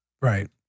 Right